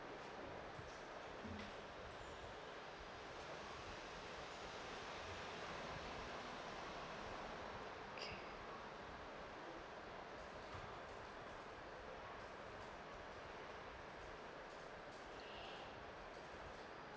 okay